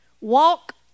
walk